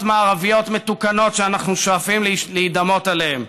מערביות מתוקנות שאנחנו שואפים להידמות אליהן.